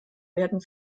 werden